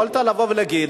יכולת לבוא ולהגיד,